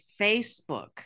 Facebook